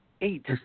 Eight